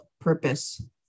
purpose